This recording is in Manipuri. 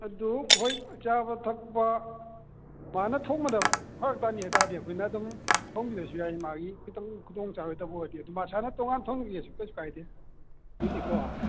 ꯑꯗꯨ ꯃꯣꯏ ꯆꯥꯕ ꯊꯛꯄ ꯃꯥꯅ ꯊꯣꯡꯕꯗ ꯐꯔꯛ ꯇꯥꯅꯤ ꯍꯥꯏ ꯇꯥꯔꯗꯤ ꯑꯩꯈꯣꯏꯅ ꯑꯗꯨꯝ ꯊꯣꯡꯕꯤꯔꯁꯨ ꯌꯥꯏ ꯃꯥꯒꯤ ꯈꯤꯇꯪ ꯈꯨꯗꯣꯡꯆꯥꯔꯣꯏꯗꯕ ꯑꯣꯏꯔꯗꯤ ꯑꯗꯨꯝ ꯃꯁꯥꯅ ꯇꯣꯉꯥꯟ ꯊꯣꯡꯒꯦꯁꯨ ꯀꯩꯁꯨ ꯀꯥꯏꯗꯦ ꯑꯗꯨꯏꯗꯤꯀꯣ